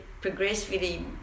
progressively